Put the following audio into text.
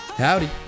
Howdy